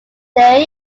there